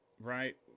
Right